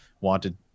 wanted